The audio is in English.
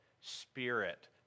spirit